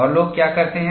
और लोग क्या करते हैं